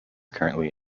currently